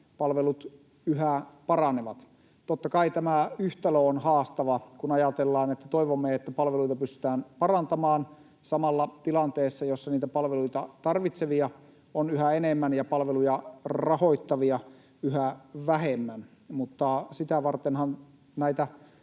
palvelut yhä paranevat. Totta kai tämä yhtälö on haastava, kun ajatellaan, että toivomme, että palveluita pystytään parantamaan tilanteessa, jossa samalla niitä palveluita tarvitsevia on yhä enemmän ja palveluja rahoittavia yhä vähemmän, mutta sitä vartenhan näitä